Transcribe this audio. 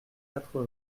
quatre